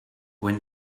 when